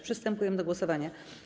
Przystępujemy do głosowania.